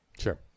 Sure